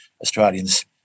Australians